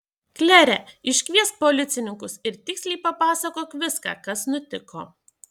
klere iškviesk policininkus ir tiksliai papasakok viską kas nutiko